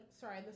sorry